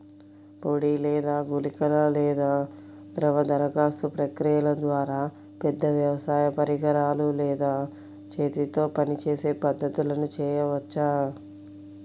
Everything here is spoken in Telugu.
పొడి లేదా గుళికల లేదా ద్రవ దరఖాస్తు ప్రక్రియల ద్వారా, పెద్ద వ్యవసాయ పరికరాలు లేదా చేతితో పనిచేసే పద్ధతులను చేయవచ్చా?